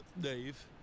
Dave